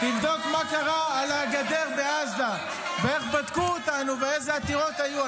תבדוק מה קרה על הגדר בעזה ואיך בדקו אותנו ואיזה עתירות היו.